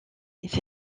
fait